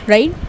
Right